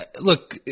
look